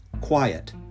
Quiet